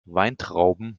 weintrauben